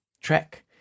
track